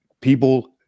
people